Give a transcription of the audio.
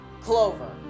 Clover